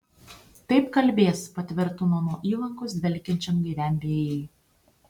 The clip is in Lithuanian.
taip kalbės patvirtino nuo įlankos dvelkiančiam gaiviam vėjui